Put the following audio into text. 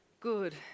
good